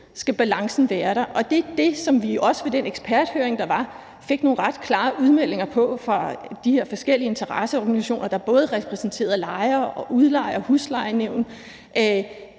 skal balancen være der, og det var det, som vi også under den eksperthøring, der var, fik nogle ret klare udmeldinger om fra de her forskellige interesseorganisationer, der både repræsenterede lejere, udlejere og huslejenævn.